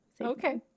okay